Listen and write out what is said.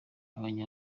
abanya